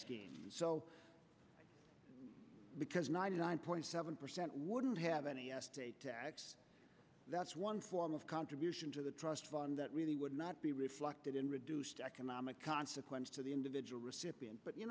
indexing so because ninety nine point seven percent wouldn't have any tax that's one form of contribution to the trust fund that really would not be reflected in reduced economic consequence to the individual recipient but you